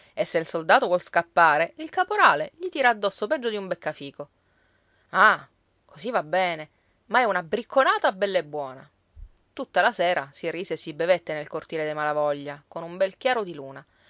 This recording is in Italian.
e se il soldato vuol scappare il caporale gli tira addosso peggio di un beccafico ah così va bene ma è una bricconata bell'e buona tutta la sera si rise e si bevette nel cortile dei malavoglia con un bel chiaro di luna